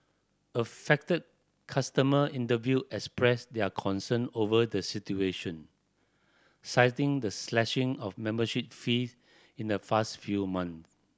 affected customer interviewed expressed their concern over the situation citing the slashing of membership fees in the fast few months